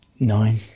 Nine